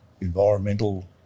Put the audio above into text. Environmental